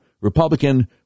Republican